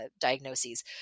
diagnoses